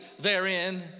therein